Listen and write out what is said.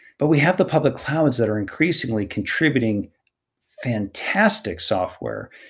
but we have the public clouds that are increasingly contributing fantastic software.